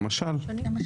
למשל.